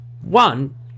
One